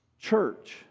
church